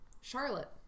Charlotte